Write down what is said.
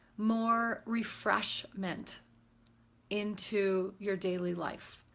more refreshment into your daily life.